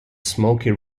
smoky